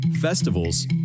Festivals